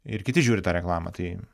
ir kiti žiūri tą reklamą tai